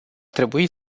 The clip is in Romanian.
trebui